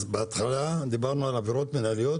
אז בהתחלה דיברנו על עבירות מינהליות